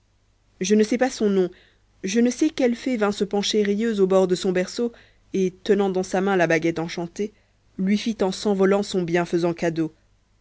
je ne sais pas son nom je ne sais quelle fée vint se pencher rieuse au bord de son berceau et tenant dans sa main la baguette enchantée lui fit en s'envolant son bienfaisant cadeau